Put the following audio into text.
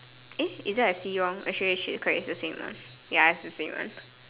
eh is it I see wrong okay actually correct it's the same one ya it's the same one